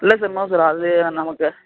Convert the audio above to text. இல்லை sir no sir அது நமக்கு